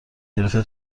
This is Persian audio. گرفته